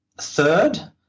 Third